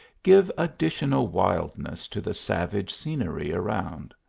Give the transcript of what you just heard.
give additional wild ness to the savage scenery around.